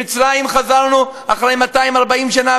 ממצרים חזרנו אחרי 240 שנה,